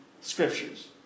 scriptures